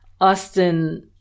Austin